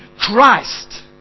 Christ